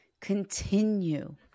Continue